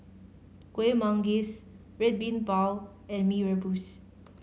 Kuih Manggis Red Bean Bao and Mee Rebus